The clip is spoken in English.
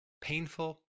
painful